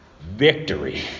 Victory